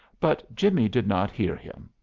but jimmie did not hear him.